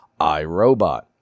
iRobot